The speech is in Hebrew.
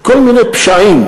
כל מיני פשעים.